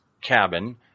cabin